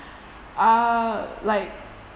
uh like